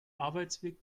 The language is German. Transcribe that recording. arbeitsweg